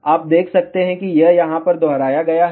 आप देख सकते हैं यह यहाँ पर दोहराया गया है